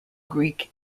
greek